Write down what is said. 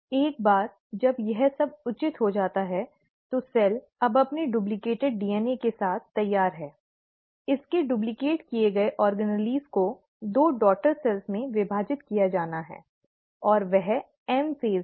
एक बार जब यह सब उचित हो जाता है तो सेल अब अपने डुप्लिकेट डीएनए के साथ तैयार है इसके डुप्लिकेट किए गए ऑर्गेनेल को दो बेटी कोशिकाओं में विभाजित किया जाना है और वह एम फ़ेज है